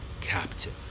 captive